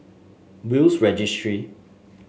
Will's Registry